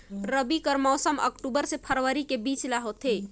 रबी कर मौसम अक्टूबर से फरवरी के बीच ल होथे